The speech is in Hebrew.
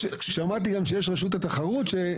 שמעתי גם שיש את רשות התחרות שתדון בזה.